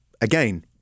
Again